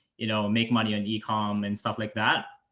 you know, make money on e-comm and stuff like that.